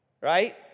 Right